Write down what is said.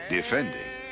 Defending